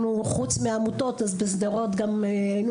אנחנו חוץ מהעמותות אז בסדרות גם היינו